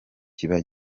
kiba